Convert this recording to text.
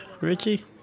Richie